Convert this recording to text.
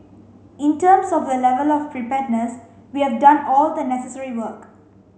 in terms of the level of preparedness we have done all the necessary work